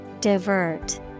Divert